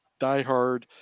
diehard